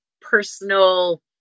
Personal